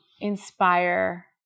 inspire